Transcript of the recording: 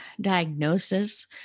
diagnosis